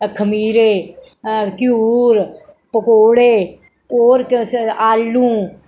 खमीरे क्यूर पकोड़े और किश आलू